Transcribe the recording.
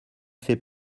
fait